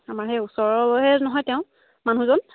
আমাৰ সেই ওচৰৰে নহয় তেওঁ মানুহজন